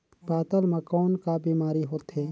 पातल म कौन का बीमारी होथे?